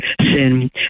sin